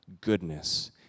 goodness